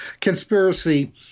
conspiracy